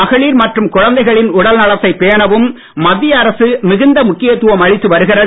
மகளிர் மற்றும் குழந்தைகளின் உடல்நலத்தை பேணவும் மத்திய அரசு மிகுந்த முக்கியத்துவம் அளித்து வருகிறது